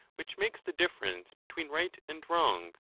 which makes the difference between right and wrong?